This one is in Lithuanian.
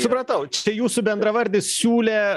supratau čia jūsų bendravardis siūlė